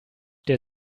der